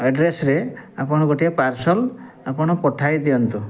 ଆଡ୍ରେସ୍ରେ ଆପଣ ଗୋଟିଏ ପାର୍ଶଲ୍ ଆପଣ ପଠାଇଦିଅନ୍ତୁ